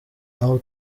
naho